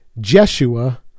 Jeshua